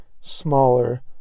smaller